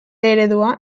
eredua